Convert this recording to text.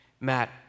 Matt